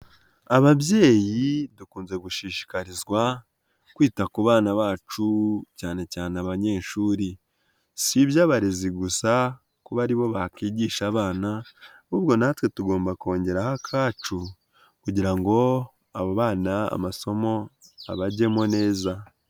Ababyeyi dukunze gushishikarizwa kwita ku bana bacu cyane cyane abanyeshuri. Si iby'abarezi gusa kuba ari bo bakwigisha abana ahubwo natwe tugomba kongeraho akacu kugira ngo abo bana amasomo abagemo neza.